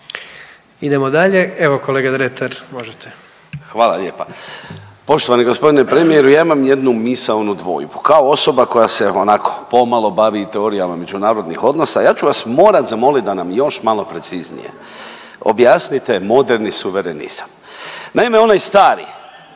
Idemo dalje. Evo kolega Dretar možete. **Dretar, Davor (DP)** Hvala lijepa. Poštovani gospodine premijeru, ja imam jednu misaonu dvojbu. Kao osoba koja se onako pomalo bavi i teorijama međunarodnih odnosa ja ću vas morati zamoliti da nam još malo preciznije objasnite moderni suverenizam. Naime, onaj stari